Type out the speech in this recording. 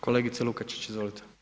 Kolegice Lukačić, izvolite.